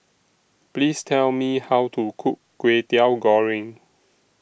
Please Tell Me How to Cook Kway Teow Goreng